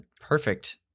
perfect